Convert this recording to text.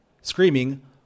Screaming